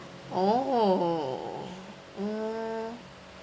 orh mm